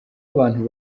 abantu